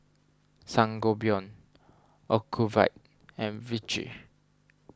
Sangobion Ocuvite and Vichy